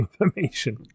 information